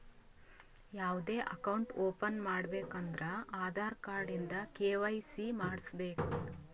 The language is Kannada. ಯಾವ್ದೇ ಅಕೌಂಟ್ ಓಪನ್ ಮಾಡ್ಬೇಕ ಅಂದುರ್ ಆಧಾರ್ ಕಾರ್ಡ್ ಇಂದ ಕೆ.ವೈ.ಸಿ ಮಾಡ್ಸಬೇಕ್